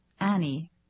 Annie